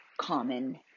common